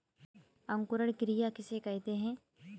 अंकुरण क्रिया किसे कहते हैं?